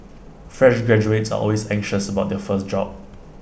fresh graduates are always anxious about their first job